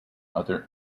other